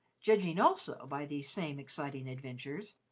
judging, also, by these same exciting adventures,